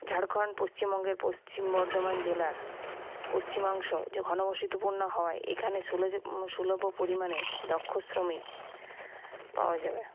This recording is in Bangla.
ঝাড়খণ্ড পশ্চিমবঙ্গের পশ্চিম বর্ধমান জেলার পশ্চিমাংশ যে ঘনবসতিপূর্ণ হওয়ায় এখানে সুলভ পরিমাণে দক্ষ শ্রমিক পাওয়া যাবে